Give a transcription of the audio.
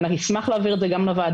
ואני אשמח להבהיר את זה גם לוועדה,